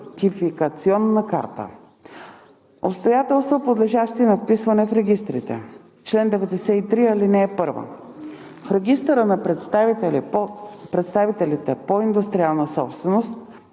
идентификационна карта. Обстоятелства, подлежащи на вписване в регистрите Чл. 93. (1) В Регистъра на представителите по индустриална собственост